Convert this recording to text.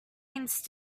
have